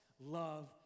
love